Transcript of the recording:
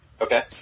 Okay